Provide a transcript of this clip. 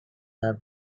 are